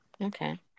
Okay